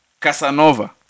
Casanova